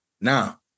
Now